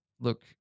Look